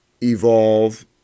evolve